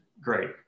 great